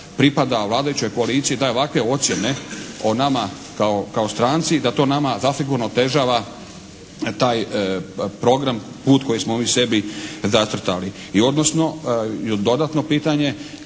pripada vladajućoj koaliciji i daje ovakve ocjene o nama kao stranci da to nama zasigurno otežava taj program, put koji smo mi sebi zacrtali. I odnosno, i dodatno pitanje